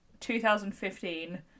2015